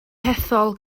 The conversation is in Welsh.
hethol